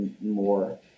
more